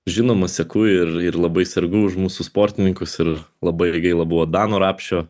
žinoma seku ir ir labai sergu už mūsų sportininkus ir labai gaila buvo dano rapšio